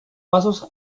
pasos